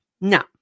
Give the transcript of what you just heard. No